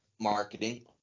marketing